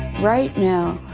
right now,